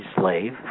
slave